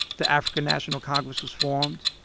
the african national congress was formed,